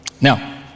Now